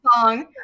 song